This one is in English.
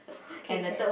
okay can